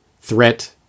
Threat